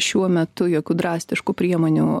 šiuo metu jokių drastiškų priemonių